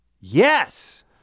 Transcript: Yes